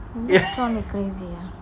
electronic crazy ah